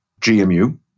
GMU